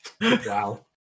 Wow